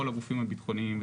כל הגופים הביטחוניים,